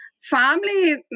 Family